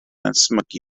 ysmygu